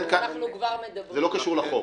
לא קשור לחוק.